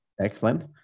excellent